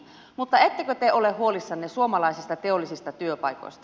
mutta ettekö te ole huolissanne suomalaisista teollisista työpaikoista